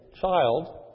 child